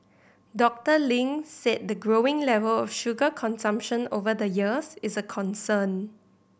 Doctor Ling said the growing level of sugar consumption over the years is a concern